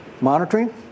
monitoring